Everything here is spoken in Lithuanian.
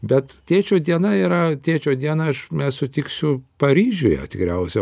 bet tėčio diena yra tėčio dieną aš sutiksiu paryžiuje tikriausiai